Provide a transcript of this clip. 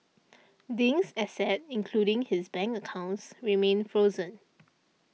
Ding's assets including his bank accounts remain frozen